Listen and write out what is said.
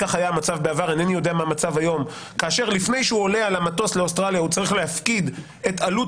לפני שהוא עולה על המטוס הוא צריך להפקיד את עלות